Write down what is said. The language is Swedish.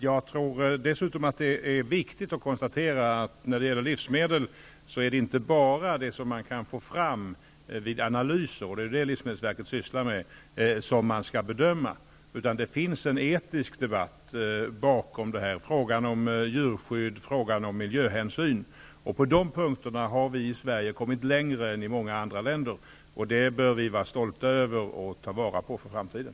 Jag tror dessutom att det är viktigt att konstatera att det i fråga om livsmedel inte bara är det som man kan få fram vid analyser som man skall bedöma, och det är det som livsmedelsverket sysslar med, utan det finns även en etisk sida av det, t.ex. frågan om djurskydd och frågan om miljöhänsyn. På dessa punkter har vi i Sverige kommit längre än vad man har gjort i många andra länder. Det bör vi vara stolta över och ta vara på för framtiden.